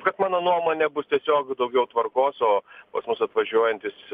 kad mano nuomone bus tiesiog daugiau tvarkos o pas mus atvažiuojantys